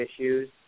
issues